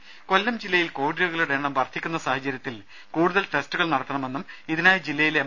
രദേ കൊല്ലം ജില്ലയിൽ കോവിഡ് രോഗികളുടെ എണ്ണം വർധിക്കുന്ന സാഹചര്യത്തിൽ കൂടുതൽ ടെസ്റ്റുകൾ നടത്തണമെന്നും ഇതിനായി ജില്ലയിലെ എം